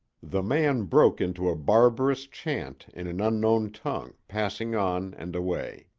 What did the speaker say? the man broke into a barbarous chant in an unknown tongue, passing on and away.